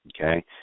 okay